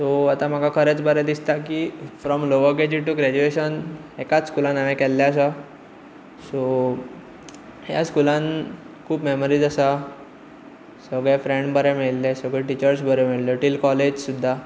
so आतां म्हाका खरेंच बरें दिसता की from lower KG to graduation एकाच स्कुलान हांवें केल्ले आसा सो ह्या स्कूलान खूब मॅमरीज आसा सगळे फ्रेंड्स बरें मेळ्ळे सगळ्यो टिचर्स बऱ्यो मेळ्ळील्यो टिल कॉलेज सुद्दां